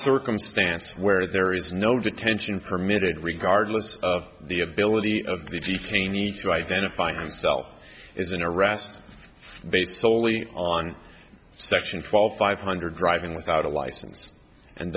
circumstance where there is no detention permitted regardless of the ability of the detainee to identify himself is and harassed based solely on section fall five hundred driving without a license and